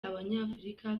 abanyafurika